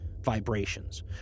vibrations